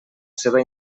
seva